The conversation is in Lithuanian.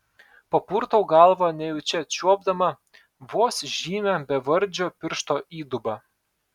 papurtau galvą nejučia čiuopdama vos žymią bevardžio piršto įdubą